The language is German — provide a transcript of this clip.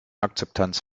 akzeptanz